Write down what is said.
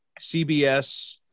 CBS